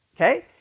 okay